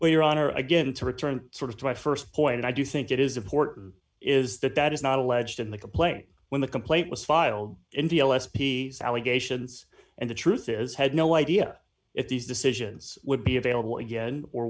well your honor again to return sort of to my st point and i do think it is important is that that is not alleged in the complaint when the complaint was filed in d l s p allegations and the truth is had no idea if these decisions would be available again or